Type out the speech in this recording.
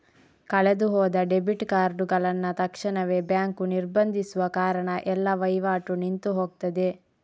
ಕಳೆದು ಹೋದ ಡೆಬಿಟ್ ಕಾರ್ಡುಗಳನ್ನ ತಕ್ಷಣವೇ ಬ್ಯಾಂಕು ನಿರ್ಬಂಧಿಸುವ ಕಾರಣ ಎಲ್ಲ ವೈವಾಟು ನಿಂತು ಹೋಗ್ತದೆ